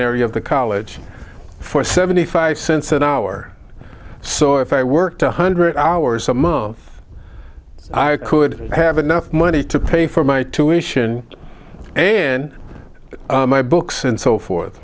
area of the college for seventy five cents an hour so if i worked one hundred hours a month i could have enough money to pay for my tuition and my books and so forth